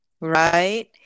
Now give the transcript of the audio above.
Right